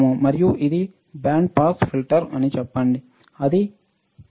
మరియు ఇది band pass filter అని చెప్పండి